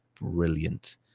brilliant